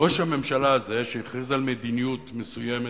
ראש הממשלה הזה שהכריז על מדיניות מסוימת